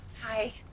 hi